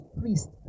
priest